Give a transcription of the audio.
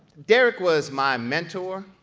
derrick was my mentor,